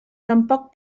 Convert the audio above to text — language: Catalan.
tampoc